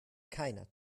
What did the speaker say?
keiner